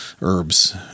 herbs